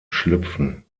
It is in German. schlüpfen